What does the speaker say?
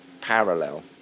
parallel